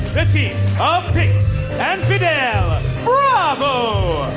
the team of pinx and fidel bravo.